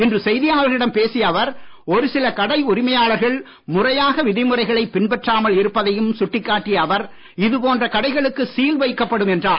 இன்று செய்தியாளர்களிடம் பேசிய அவர் ஒருசில கடை உரிமையாளர்களும் முறையாக விதிமுறைகளை பின்பற்றாமல் இருப்பதையும் சுட்டிக்காட்டிய அவர் இதுபோன்ற கடைகளுக்கு சீல் வைக்கப்படும் என்றார்